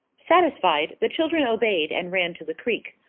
satisfied, the children obeyed and ran to the creek.